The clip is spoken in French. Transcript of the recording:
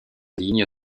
ligne